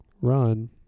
run